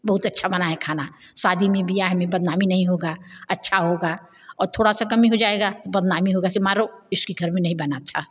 बहुत अच्छा बना है खाना शादी में विवाह में बदनामी नहीं होगी अच्छा होगा और थोड़ा सा कम में हो जाएगा बदनामी होगी कि माहरो इसके घर में नहीं बना अच्छा